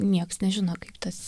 nieks nežino kaip tas